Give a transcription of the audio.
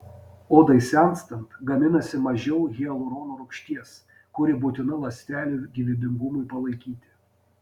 odai senstant gaminasi mažiau hialurono rūgšties kuri būtina ląstelių gyvybingumui palaikyti